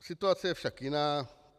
Situace je však jiná.